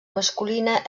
masculina